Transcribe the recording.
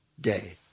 Day